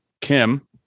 Kim